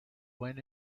went